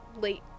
late